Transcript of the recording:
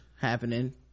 happening